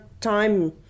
time